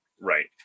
Right